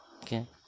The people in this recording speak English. Okay